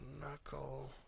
Knuckle